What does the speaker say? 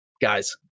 guys